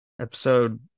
episode